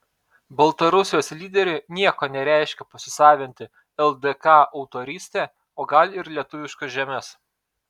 baltarusijos lyderiui nieko nereiškia pasisavinti ldk autorystę o gal ir lietuviškas žemes